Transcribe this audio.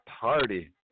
party